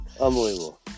Unbelievable